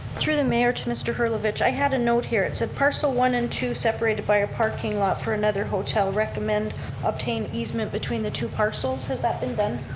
through the mayor to mr. herlovich, i had a note here. it said parcel one and two separated by a parking lot for another hotel. recommend attain easement between the two parcels. has that been done?